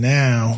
now